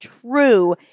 true